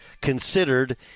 considered